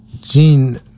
Gene